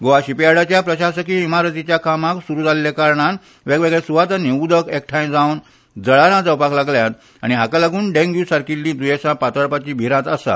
गोवा शिपयार्डाच्या प्रशासकीय इमारतीच्या कामाक सुरू जाल्ल्या कारणान वेगवेगळ्या सुवातांनी उदक एकठांय जावन जळारां जावपाक लागल्यात आनी हाका लागून डेंग्यू सारकिल्लीं दयेंसां पातळपाची भिरांत आसा